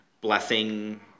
blessing